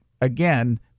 again